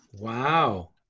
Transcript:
Wow